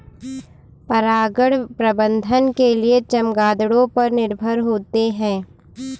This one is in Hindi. परागण प्रबंधन के लिए चमगादड़ों पर निर्भर होते है